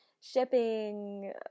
shipping